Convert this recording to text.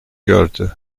gördü